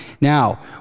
Now